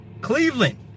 Cleveland